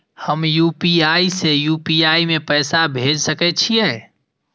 हम यू.पी.आई से यू.पी.आई में पैसा भेज सके छिये?